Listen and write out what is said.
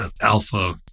alpha